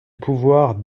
pouvoir